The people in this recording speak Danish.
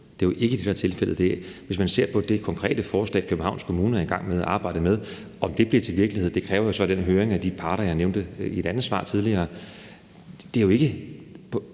Det er jo ikke det, der er tilfældet. Hvis man ser på det konkrete forslag, Københavns Kommune er i gang med at arbejde med, så kræves der jo, for at det bliver til virkelighed, den høring af de parter, jeg nævnte i et andet svar tidligere. Altså, der